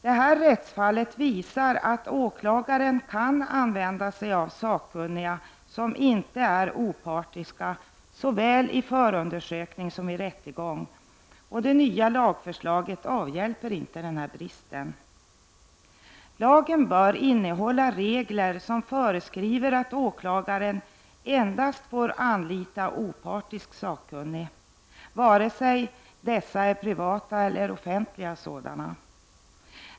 Det här rättsfallet visar att åklagaren såväl i förundersökning som i rättegång kan använda sig av sakkunniga som inte är opartiska, och det nya lagförslaget avhjälper inte den bristen. Lagen bör innehålla regler som föreskriver att åklagaren endast får anlita opartiska sakkunniga, vare sig dessa är privata eller offentliga sådana.